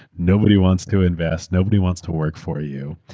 nobody wants to invest, nobody wants to work for you.